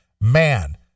man